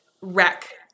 wreck